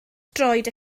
droed